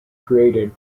created